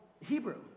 Hebrew